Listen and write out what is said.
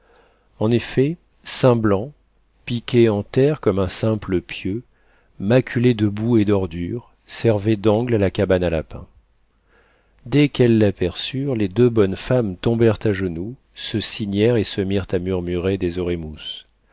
en effet saint blanc piqué en terre comme un simple pieu maculé de boue et d'ordures servait d'angle à la cabine à lapins dès qu'elles l'aperçurent les deux bonnes femmes tombèrent à genoux se signèrent et se mirent à murmurer des